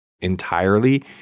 entirely